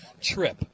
trip